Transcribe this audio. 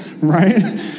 Right